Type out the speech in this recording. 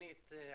התוכנית עצמה.